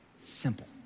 simple